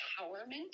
empowerment